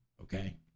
okay